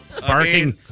Barking